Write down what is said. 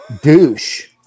douche